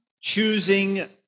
choosing